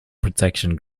protection